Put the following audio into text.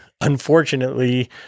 unfortunately